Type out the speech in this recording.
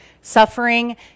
Suffering